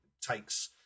takes